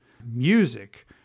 Music